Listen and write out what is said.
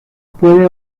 puede